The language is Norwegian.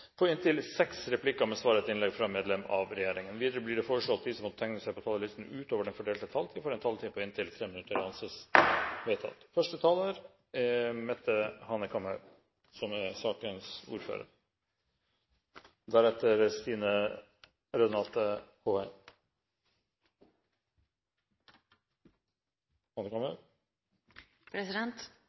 på inntil seks replikker med svar etter innlegg fra medlem av regjeringen innenfor den fordelte taletid. Videre blir det foreslått at de som måtte tegne seg på talerlisten utover den fordelte taletid, får en taletid på inntil 3 minutter. – Det anses vedtatt Jeg vil først få takke utenriksministeren for en god og dekkende redegjørelse som